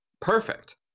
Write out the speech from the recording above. perfect